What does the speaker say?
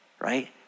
right